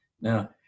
Now